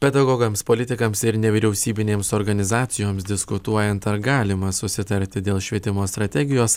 pedagogams politikams ir nevyriausybinėms organizacijoms diskutuojant ar galima susitarti dėl švietimo strategijos